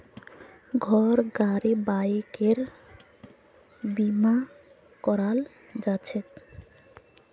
घर गाड़ी बाइकेर बीमा कराल जाछेक